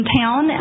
town